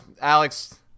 alex